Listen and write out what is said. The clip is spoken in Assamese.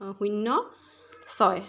শূন্য ছয়